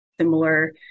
similar